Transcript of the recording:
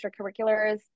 extracurriculars